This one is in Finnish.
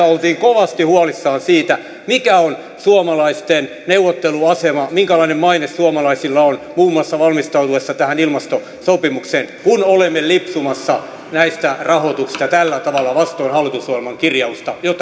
oltiin kovasti huolissaan siitä mikä on suomalaisten neuvotteluasema minkälainen maine suomalaisilla on muun muassa valmistauduttaessa tähän ilmastosopimukseen kun olemme lipsumassa näistä rahoituksista tällä tavalla vastoin hallitusohjelman kirjausta jo